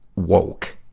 woke.